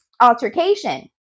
altercation